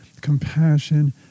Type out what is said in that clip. compassion